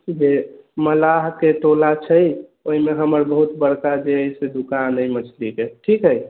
जे मलाहके टोला छै ओहिमे हमर बहुत बड़का जे हइ से दुकान हइ मछलीके ठीक हइ